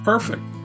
Perfect